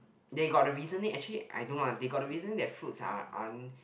they got the reasoning actually I don't know lah they got the reasoning that fruits are aren't